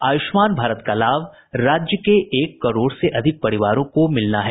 आयुष्मान भारत का लाभ राज्य के एक करोड़ से अधिक परिवारों को मिलना है